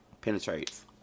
penetrates